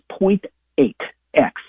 0.8x